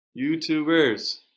YouTubers